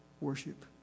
worship